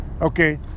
Okay